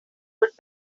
would